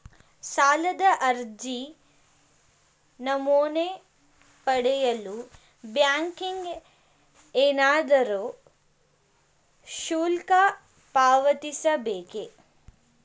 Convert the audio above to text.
ಸಾಲದ ಅರ್ಜಿ ನಮೂನೆ ಪಡೆಯಲು ಬ್ಯಾಂಕಿಗೆ ಏನಾದರೂ ಶುಲ್ಕ ಪಾವತಿಸಬೇಕೇ?